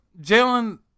Jalen